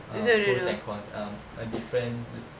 uh pros and cons um a different